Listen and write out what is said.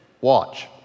watch